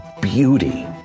beauty